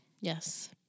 yes